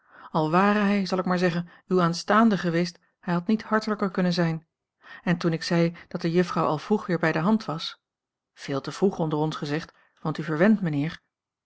al ware hij zal ik maar zeggen uw aanstaande geweest hij had niet hartelijker kunnen zijn en toen ik zei dat de juffrouw al a l g bosboom-toussaint langs een omweg vroeg weer bij de hand was veel te vroeg onder ons gezegd want u verwent